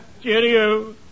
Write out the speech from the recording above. cheerio